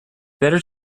better